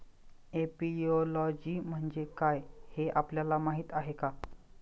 Apiology म्हणजे काय, हे आपल्याला माहीत आहे का?